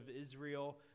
Israel